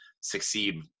succeed